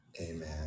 amen